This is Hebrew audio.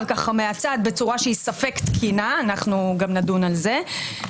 מהצד בצורה שהיא ספק תקינה אנחנו גם נדון על זה.